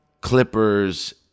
Clippers